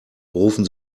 rufen